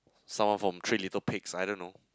someone from Three Little Pigs I don't know